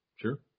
Sure